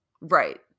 Right